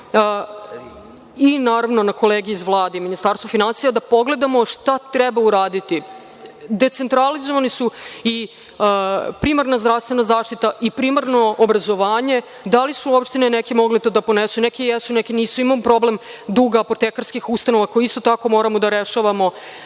i, naravno, na kolege iz Vlade, Ministarstvo finansija, i da pogledamo šta treba uraditi. Decentralizovani su i primarna zdravstvena zaštita i primarno obrazovanje. Da li su neke opštine mogle to da ponesu? Neke jesu, neke nisu. Imamo problem duga apotekarskih ustanova koje, isto tako, moramo da rešavamo.